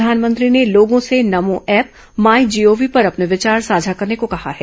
प्रधानमंत्री ने लोगों से नमो ऐप माई जीओवी पर अपने विचार साझा करने को कहा है